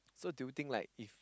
so do you think like if